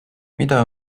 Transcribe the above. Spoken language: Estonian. mida